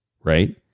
right